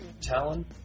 Talon